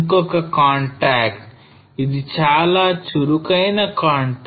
ఇంకొక contact ఇది చాలా చురుకైన contact